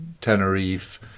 Tenerife